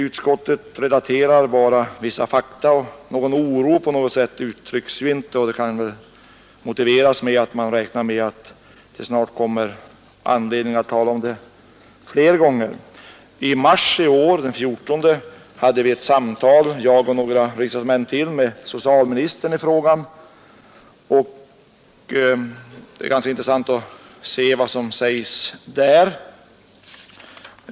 Utskottet relaterar bara vissa fakta. Någon oro uttrycks inte. Det kan motiveras med att man räknar med att det snart blir anledning att ta upp frågan igen Vid sammanträdet här i kammaren den 14 mars hade ett par andra ledamöter och jag en diskussion med socialministern i saken med anledning av två enkla frågor. Det är ganska intressant att se vad som då sades.